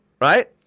right